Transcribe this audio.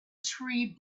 tree